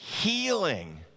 healing